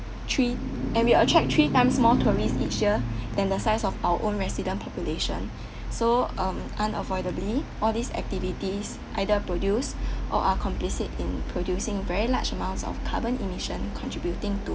three and we attract three times more tourists each year than the size of our own resident population so um unavoidably all these activities either produce or are complicit in producing very large amounts of carbon emission contributing to